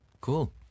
Cool